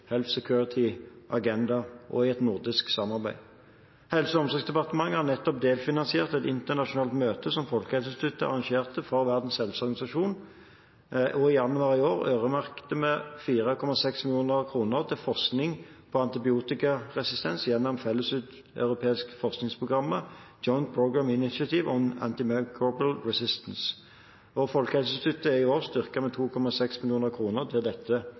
Agenda og i et nordisk samarbeid. Helse- og omsorgsdepartementet har nettopp delfinansiert et internasjonalt møte som Folkehelseinstituttet arrangerte for Verdens helseorganisasjon, og i januar i år øremerket vi 4,6 mill. kr til forskning på antibiotikaresistens gjennom det felles europeiske forskningsprogrammet Joint Programme Initiative on Antimicrobial Resistance. Folkehelseinstituttet er jo også styrket med 2,6 mill. kr til dette